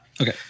Okay